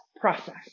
process